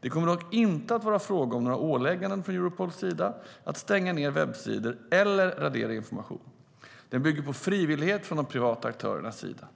Det kommer dock inte att vara fråga om några ålägganden från Europols sida att stänga ned webbsidor eller radera information. Det bygger på frivillighet från de privata aktörernas sida.